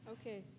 Okay